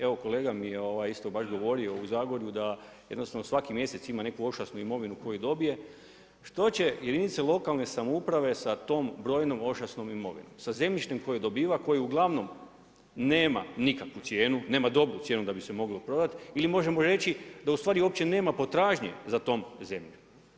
Evo kolega mi je baš govorio u Zagorju da jednostavno svaki mjesec ima neku ošasnu imovinu koju dobije, što će jedinica lokalne samouprave sa tom brojnom ošasnom imovinom, sa zemljištem koje dobiva, koje uglavnom nema nikakvu cijenu, nema dobru cijenu da bi se moglo prodati ili možemo reći da ustvari uopće nema potražnje za tom zemljom.